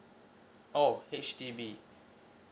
oh H_D_B